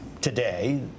today